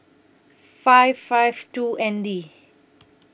five five two N D